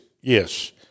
Yes